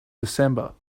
december